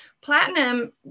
platinum